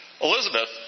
Elizabeth